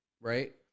Right